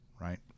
right